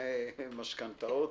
ביטוחי משכנתאות.